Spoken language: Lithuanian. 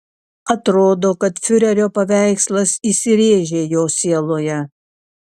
atrodo kad fiurerio paveikslas įsirėžė jo sieloje